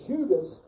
Judas